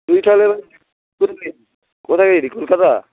তুই তাহলে এবার কোথায় গেছিলি কলকাতা